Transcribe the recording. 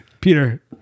Peter